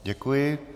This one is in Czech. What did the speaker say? Děkuji.